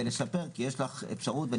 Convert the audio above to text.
ולשפר, כי יש לך את האפשרות.